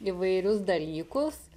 įvairius dalykus